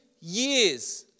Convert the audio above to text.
years